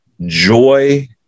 joy